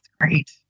great